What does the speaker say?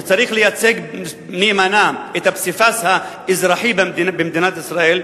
שצריך לייצג נאמנה את הפסיפס האזרחי במדינת ישראל,